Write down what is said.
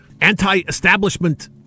anti-establishment